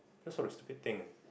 those sort of stupid thing